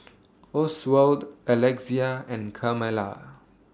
Oswald Alexia and Carmella